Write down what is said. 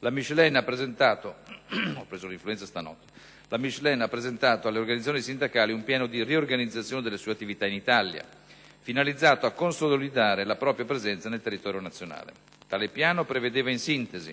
la Michelin ha presentato alle organizzazioni sindacali un piano di riorganizzazione delle sue attività in Italia, finalizzato a consolidare la propria presenza nel territorio nazionale. Tale piano prevedeva in sintesi: